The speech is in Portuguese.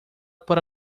para